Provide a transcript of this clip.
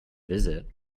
visit